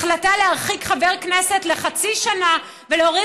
ההחלטה להרחיק חבר כנסת לחצי שנה ולהוריד